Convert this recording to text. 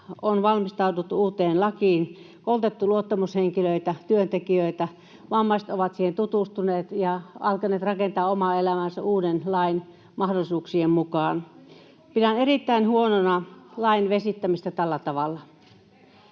valmistauduttu uuteen lakiin, koulutettu luottamushenkilöitä, työntekijöitä. Vammaiset ovat siihen tutustuneet ja alkaneet rakentaa omaa elämäänsä uuden lain mahdollisuuksien mukaan. Pidän erittäin huonona lain vesittämistä tällä tavalla.